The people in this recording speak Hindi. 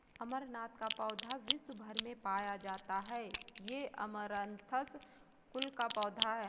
अमरनाथ का पौधा विश्व् भर में पाया जाता है ये अमरंथस कुल का पौधा है